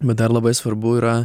bet dar labai svarbu yra